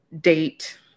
date